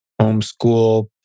homeschool